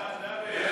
ההצעה להעביר